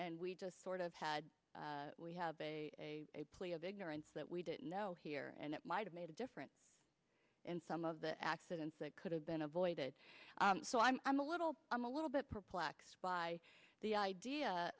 and we just sort of had a plea of ignorance that we didn't know here and it might have made a difference in some of the accidents that could have been avoided so i'm a little i'm a little bit perplexed by the idea